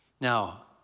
Now